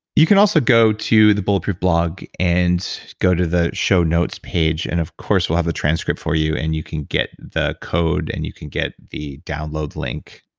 you can also go to the bulletproof blog and go to the show notes page and of course, we'll have the transcript for you, and you can get the code, and you can get the download link